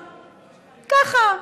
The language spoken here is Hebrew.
ככה,